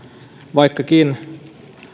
vaikkakin